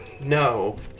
No